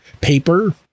paper